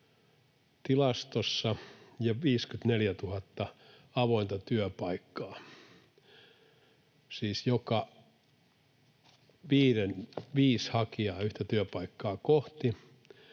tilastossa ja 54 000 avointa työpaikkaa — siis viisi hakijaa yhtä työpaikkaa kohti